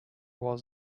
was